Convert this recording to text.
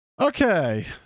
okay